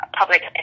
public